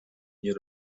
nie